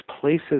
places